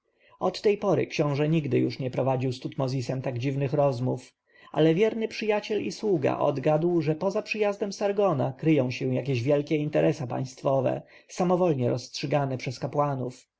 od tej pory książę nigdy już nie prowadził z tutmozisem tak dziwnych rozmów ale wierny przyjaciel i sługa odgadł że poza przyjazdem sargona kryją się jakieś wielkie interesa państwowe samowolnie rozstrzygane przez kapłanów